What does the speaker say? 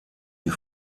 die